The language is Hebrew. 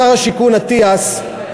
שר השיכון אטיאס,